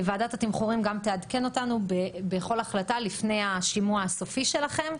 ועדת התמחורים גם תעדכן אותנו בכל החלטה לפני השימוע הסופי שלכם,